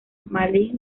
malí